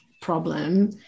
problem